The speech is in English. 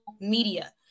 media